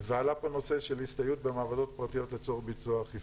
ועלה פה נושא של הסתייעות במעבדות פרטיות לצורך ביצוע האכיפה.